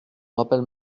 rappelle